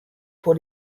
pour